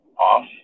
off